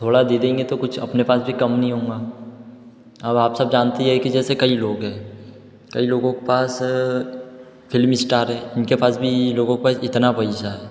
थोड़ा दे देंगे तो कुछ अपने पास भी कम नहीं होगा अब आप सब जानते है कि जैसे कई लोग है कई लोगों पास फिल्मी इस्टार है उनके पास भी लोगों के पास इतना पैसा है